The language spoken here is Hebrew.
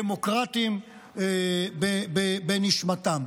ודמוקרטים בנשמתם.